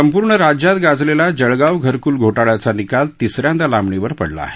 संपूर्ण राज्यात गाजलेला जळगाव घरकल घोटाळ्याचा निकाल तिस यांदा लांबणीवर पडला आहे